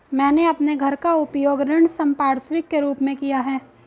मैंने अपने घर का उपयोग ऋण संपार्श्विक के रूप में किया है